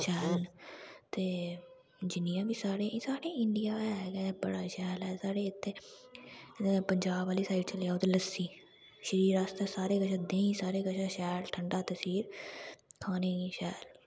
शैल न ते जि'न्नियां बी साढ़े इंडिया ऐ गै ऐ बड़ा शैल ऐ साढ़े इ'त्थें अगर पंजाब आह्ली साइड चली जाओ ते लस्सी शरीर आस्तै सारे कशा जां देहीं सारे कशा शैल ठंडा तसीर खाने गी शैल